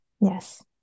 Yes